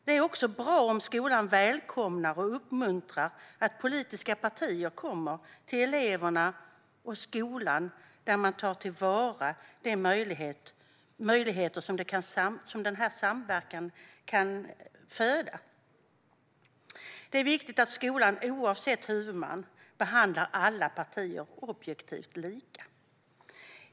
Det är också bra om skolan välkomnar och uppmuntrar att politiska partier kommer till eleverna och till skolan, där man tar till vara de möjligheter som denna samverkan kan medföra. Det är viktigt att skolan, oavsett huvudman, behandlar alla partier objektivt lika.